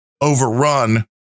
overrun